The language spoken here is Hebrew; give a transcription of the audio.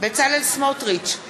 בצלאל סמוטריץ,